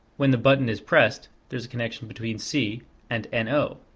when the button is pressed, there's a connection between c and and no.